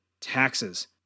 taxes